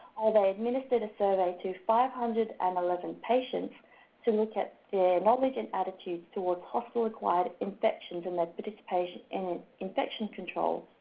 they administered a survey to five hundred and eleven patients to look at their knowledge and attitudes towards hospital acquired infections and their participation in infection control.